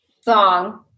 song